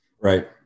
right